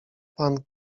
pan